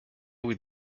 with